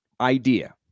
Idea